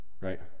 right